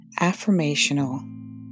affirmational